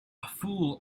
fool